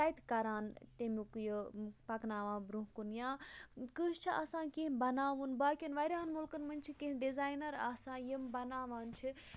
تَتہِ کَران تمیُک یہِ پَکناوان بروںٛہہ کُن یا کٲنٛسہِ چھِ آسان کینٛہہ بَناوُن باقٕیَن واریاہَن مُلکَن منٛز چھِ کینٛہہ ڈِزاینَر آسان یِم بَناوان چھِ